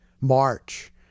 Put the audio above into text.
March